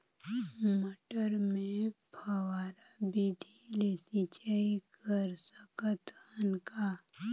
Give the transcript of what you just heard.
मटर मे फव्वारा विधि ले सिंचाई कर सकत हन का?